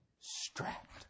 strapped